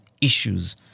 issues